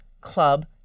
Club